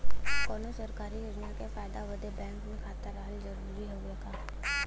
कौनो सरकारी योजना के फायदा बदे बैंक मे खाता रहल जरूरी हवे का?